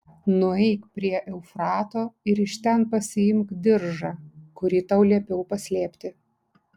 nueik prie eufrato ir iš ten pasiimk diržą kurį tau liepiau paslėpti